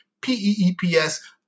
P-E-E-P-S